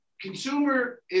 consumer